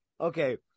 Okay